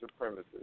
supremacists